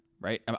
right